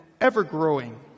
ever-growing